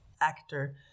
actor